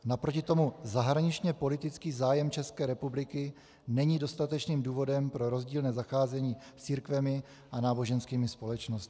Naproti tomu zahraničněpolitický zájem České republiky není dostatečným důvodem pro rozdílné zacházení s církvemi a náboženskými společnostmi.